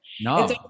No